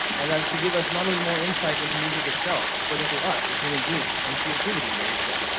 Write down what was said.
and that could give us, not only more insight into music itself, but into us as human beings and creativity, as you said.